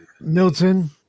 milton